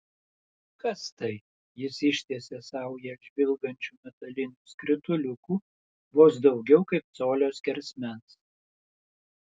kas tai jis ištiesė saują žvilgančių metalinių skrituliukų vos daugiau kaip colio skersmens